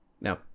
now